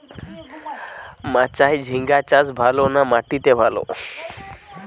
মাচায় ঝিঙ্গা চাষ ভালো না মাটিতে ভালো?